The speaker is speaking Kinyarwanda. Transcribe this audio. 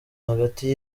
hagati